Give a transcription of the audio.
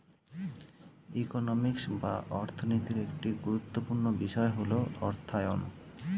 economics বা অর্থনীতির একটি গুরুত্বপূর্ণ বিষয় হল অর্থায়ন